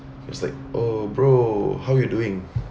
he's like oh bro how are you doing